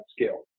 scale